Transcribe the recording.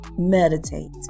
Meditate